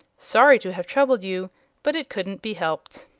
sorry to have troubled you but it couldn't be helped.